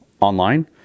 Online